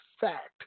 fact